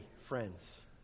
friends